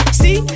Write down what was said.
see